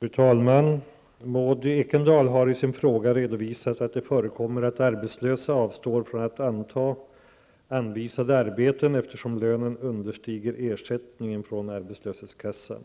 Fru talman! Maud Ekendahl har i sin fråga redovisat att det förekommer att arbetslösa avstår från att anta anvisade arbeten eftersom lönen understiger ersättningen från arbetslöshetskassan.